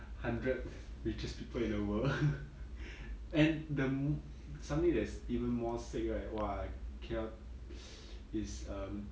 hundredth richest people in the world and the something that's even more sick right !wah! cannot is um